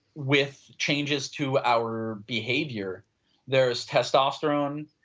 with changes to our behavior there is testosterone,